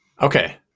okay